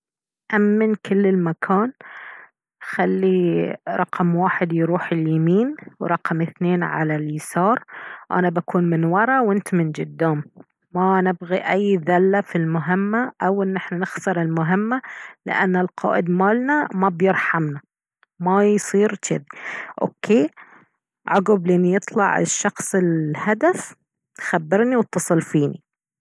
امن كل المكان خلي رقم واحد يروح اليمين ورقم اثنين على اليسار انا بكون من ورا وانت من قدام ما نبغي اي ذلة في المهمة او ان احنا نخسر المهمة لانه القائد مالنا ما بيرحمنا ما يصير جذي اوكي عقب لين يطلع الشخص الهدف خبرني واتصل فيني